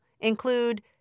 include